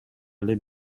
деле